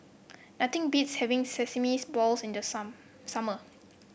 nothing beats having Sesame Balls in the sum summer